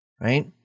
right